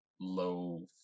low